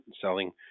selling